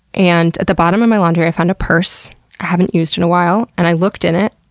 and at the bottom of my laundry i found a purse i haven't used in a while, and i looked in it.